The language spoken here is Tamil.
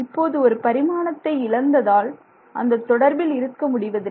இப்போது ஒரு பரிமாணத்தை இழந்ததால் அந்த தொடர்பில் இருக்க முடிவதில்லை